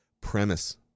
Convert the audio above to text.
premise